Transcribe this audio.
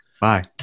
Bye